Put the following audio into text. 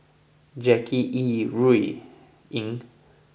Jackie Yi Ru Ying